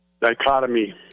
dichotomy